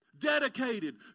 Dedicated